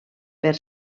per